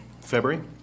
february